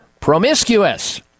promiscuous